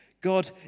God